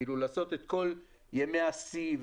לעשות את כל ימי השיא,